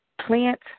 plant